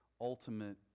ultimate